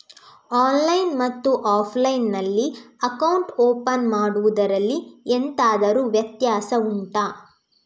online ಮತ್ತು offline ನಲ್ಲಿ account open ಮಾಡುವುದರಲ್ಲಿ ಎಂತಾದರು ವ್ಯತ್ಯಾಸ ಉಂಟಾ